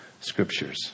scriptures